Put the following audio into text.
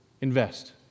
Invest